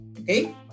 okay